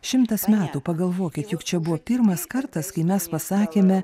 šimtas metų pagalvokit juk čia buvo pirmas kartas kai mes pasakėme